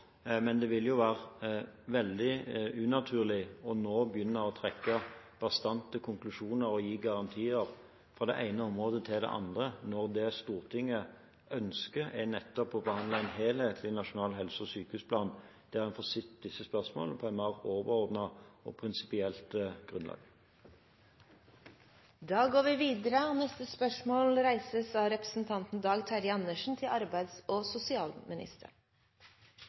Men det vil være veldig unaturlig nå å begynne å trekke bastante konklusjoner og gi garantier for det ene område og det andre, når det Stortinget ønsker, nettopp er å behandle en helhetlig nasjonal helse- og sykehusplan, der en får sett på disse spørsmålene på et mer overordnet, prinsipielt grunnlag. «Det er nå jevnlig oppslag i media om bedrifter som må ty til permitteringer. Vi mottar mange henvendelser fra bedrifter og